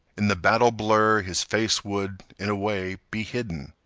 in the battle-blur his face would, in a way, be hidden,